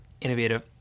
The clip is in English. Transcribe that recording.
innovative